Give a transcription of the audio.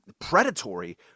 predatory